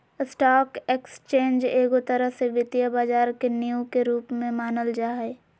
stock exchange एगो तरह से वित्तीय बाजार के नींव के रूप मे मानल जा हय